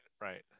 Right